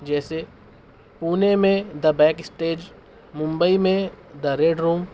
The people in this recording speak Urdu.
جیسے پونے میں دا بیک اسٹیج ممبئی میں دا ریڈ روم